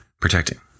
protecting